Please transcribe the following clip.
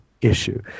issue